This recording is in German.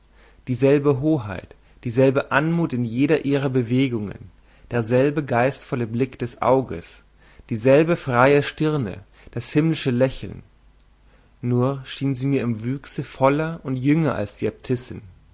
dieselbe hoheit dieselbe anmut in jeder ihrer bewegungen derselbe geistvolle blick des auges dieselbe freie stirne das himmlische lächeln nur schien sie mir im wüchse voller und jünger als